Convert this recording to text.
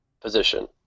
position